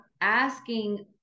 asking